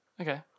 Okay